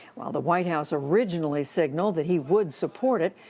while the white house originally signaled that he would support it,